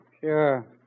Sure